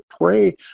pray